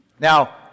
Now